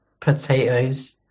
Potatoes